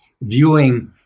viewing